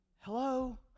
hello